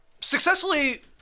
successfully